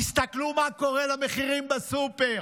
תסתכלו מה קורה למחירים בסופר,